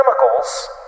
chemicals